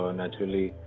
naturally